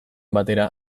batera